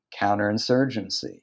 counterinsurgency